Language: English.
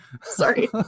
sorry